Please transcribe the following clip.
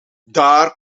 daar